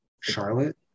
charlotte